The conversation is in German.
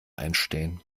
einstehen